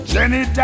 Jenny